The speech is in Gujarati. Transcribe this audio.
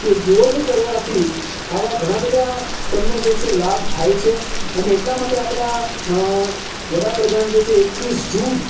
કે યોગ કરવાથી આવા ઘણા બધા તમને જે છે લાભ થાય છે અને એટલા માટે આપણા વડાપ્રધાન છે એ એકવીસ જૂન